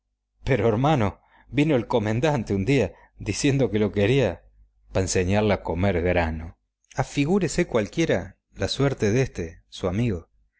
pero hermano vino el comendante un día diciendo que lo quería pa enseñarle a comer grano afigúrese cualquiera la suerte de este su amigo